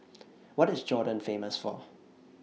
What IS Jordan Famous For